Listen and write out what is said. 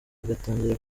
bagatangira